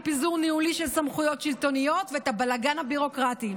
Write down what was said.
מפיזור ניהולי של סמכויות שלטוניות ואת הבלגן הביורוקרטי.